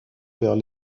vers